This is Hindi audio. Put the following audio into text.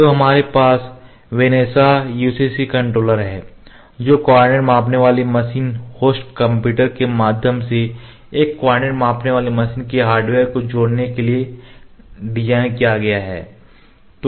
तो हमारे पास वेनेसा UCC कंट्रोलर है जो कोऑर्डिनेट मापने वाली मशीन होस्ट कंप्यूटर के माध्यम से एक कोऑर्डिनेट मापने वाली मशीन के हार्डवेयर को जोड़ने के लिए डिज़ाइन किया गया है